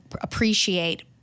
appreciate